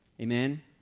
Amen